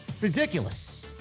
Ridiculous